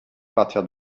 partir